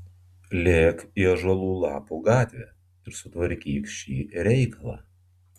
lėk į ąžuolų lapų gatvę ir sutvarkyk šį reikalą